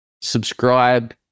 subscribe